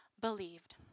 believed